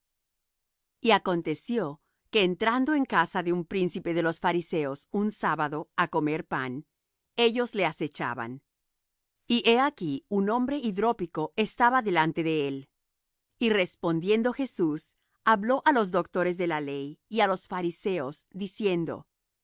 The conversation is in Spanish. y acontecio que entrando en casa de un príncipe de los fariseos un sábado á comer pan ellos le acechaban y he aquí un hombre hidrópico estaba delante de él y respondiendo jesús habló á los doctores de la ley y á los fariseos diciendo